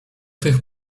tych